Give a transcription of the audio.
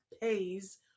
pays